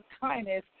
kindness